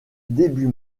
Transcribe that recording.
début